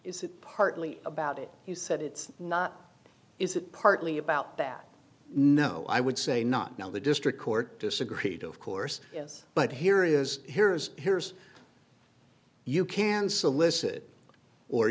is it partly about it you said it's not is it partly about that no i would say not now the district court disagreed of course yes but here is here's here's you can solicit or